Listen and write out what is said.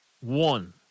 one